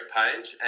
page